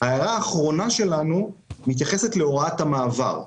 ההערה האחרונה שלנו מתייחסת להוראת המעבר.